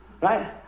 Right